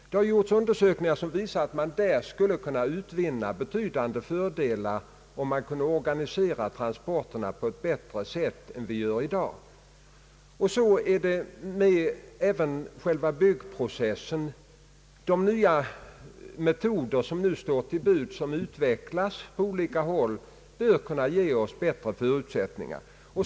Undersökningar har gjorts som visar att man där skulle kunna utvinna betydande fördelar, om transporterna kunde anpassas på ett bättre sätt än vad fallet är i dag. Samma sak gäller själva byggnadsprocessen. De nya metoder som nu står till buds och som utvecklas på olika håll bör kunna ge oss bättre förutsättningar.